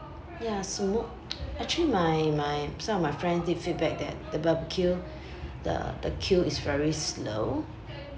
ya so actually my my some of my friend did feedback that the barbecue the the queue is very slow